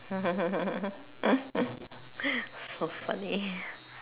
so funny